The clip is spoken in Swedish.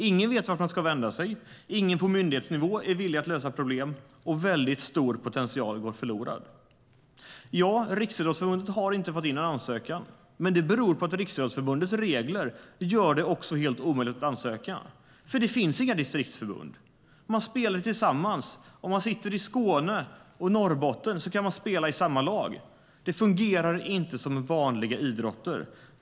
Ingen vet vart man ska vända sig, ingen på myndighetsnivå är villig att lösa problem och en väldigt stor potential går förlorad. Riksidrottsförbundet har inte fått in någon ansökan. Det beror på att Riksidrottsförbundets regler gör det helt omöjligt att ansöka. Det finns inga distriktsförbund. Man spelar tillsammans, och man kan spela i samma lag även om man sitter i Skåne och i Norrbotten. Det fungerar inte som i vanliga idrotter.